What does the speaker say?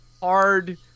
hard